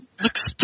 Looks